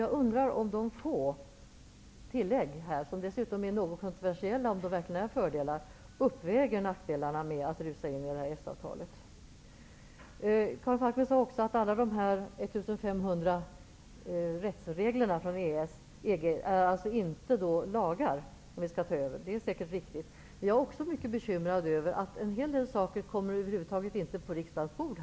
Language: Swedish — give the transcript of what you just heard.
Jag undrar om de få tilläggen -- som det dessutom råder delade meningar om ifall de verkligen är fördelar -- uppväger nackdelarna med att rusa in i EES Karin Falkmer sade också att alla de 1 500 rättsreglerna som vi skall ta över från EG inte är lagar. Det är säkert riktigt. Jag är också mycket bekymrad över att en hel del saker över huvud taget inte kommer upp på riksdagens bord.